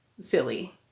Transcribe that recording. silly